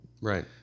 right